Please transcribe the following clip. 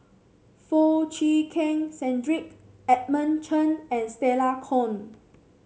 Foo Chee Keng Cedric Edmund Chen and Stella Kon